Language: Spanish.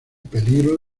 peligro